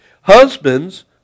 Husbands